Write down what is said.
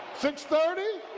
6.30